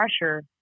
pressure